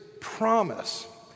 promise